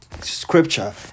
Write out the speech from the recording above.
scripture